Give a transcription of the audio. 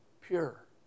pure